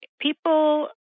people